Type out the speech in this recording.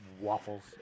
waffles